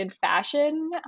fashion